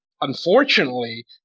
unfortunately